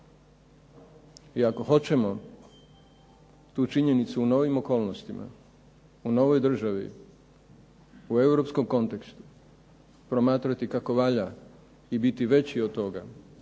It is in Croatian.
I ako hoćemo tu činjenicu u novim okolnostima, u novoj državi, u europskom kontekstu promatrati kako valja i biti veći od toga